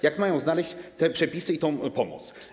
Jak mają oni znaleźć te przepisy i tę pomoc?